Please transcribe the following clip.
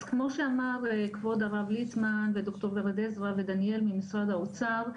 אז כמו שאמר כבוד הרב ליצמן ודוקטור ורד עזרא ודניאל ממשרד האוצר,